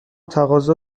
تقاضا